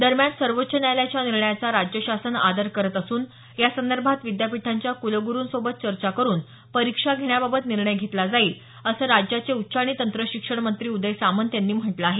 दरम्यान सर्वोच्च न्यायालयाच्या निर्णयाचा राज्य शासन आदर करत असून यासंदभांत विद्यापीठांच्या कुलगुरूसोबत चर्चा करून परीक्षा घेण्याबाबत निर्णय घेतला जाईल असं राज्याचे उच्च आणि तंत्र शिक्षण मंत्री उदय सामंत यांनी म्हटलं आहे